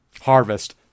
harvest